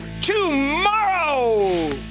tomorrow